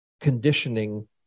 conditioning